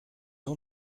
nom